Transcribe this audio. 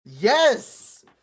Yes